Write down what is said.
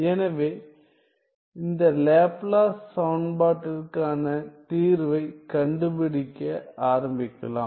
எனவே இந்த லேப்லாஸ் சமன்பாட்டிற்கான தீர்வைக் கண்டுபிடிக்க ஆரம்பிக்கலாம்